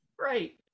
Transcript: Right